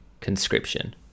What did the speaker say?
conscription